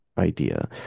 idea